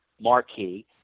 marquee